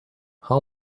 how